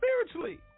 spiritually